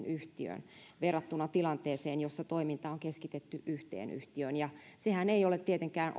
yhtiöön verrattuna tilanteeseen jossa toiminta on keskitetty yhteen yhtiöön sehän ei ole tietenkään